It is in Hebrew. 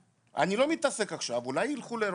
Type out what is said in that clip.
אני לא מתעסק עכשיו, אולי שילכו לאירופה?